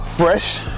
fresh